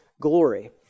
glory